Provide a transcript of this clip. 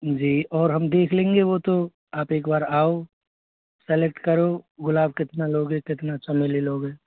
जी और हम देख लेंगे वो तो आप एक बार आओ सलेक्ट करो गुलाब कितना लोगे कितना चमेली लोगे